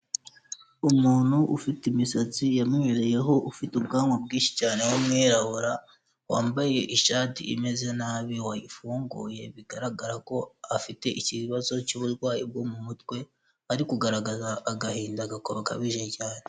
Umuntu ufite imisatsi yamwereyeho ufite ubwanwa bwinshi cyane w'umwirabura, wambaye ishati imeze nabi wayifunguye bigaragara ko afite ikibazo cy'uburwayi bwo mu mutwe, ari kugaragaza agahinda gakabije cyane.